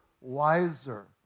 wiser